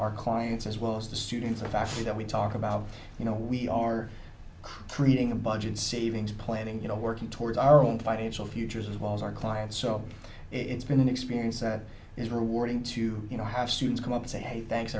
clients as well as the students or faculty that we talk about you know we are creating a budget savings plan and you know working towards our own financial futures as well as our clients so it's been an experience that is rewarding to you know have students come up and say hey thanks